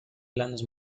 planos